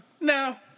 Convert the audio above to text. Now